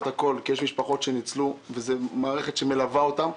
הכול כי יש משפחות שזו מערכת שמלווה אותן.